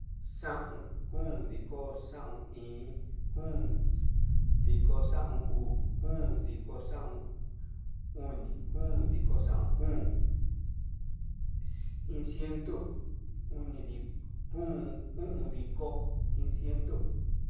Xaon, kom diko xaon iin, kon diko xaon uu, kon diko xaon oni, kon diko xaon o'on, iin ciento kom diko, kom o'on diko, iin ciento.